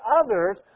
others